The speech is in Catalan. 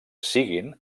siguin